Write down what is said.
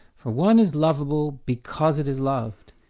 for one is loveable because it is loved,